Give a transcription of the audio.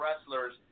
wrestlers